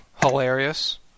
hilarious